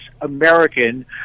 American